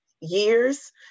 years